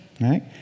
Right